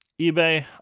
eBay